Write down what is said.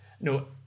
No